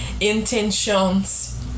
Intentions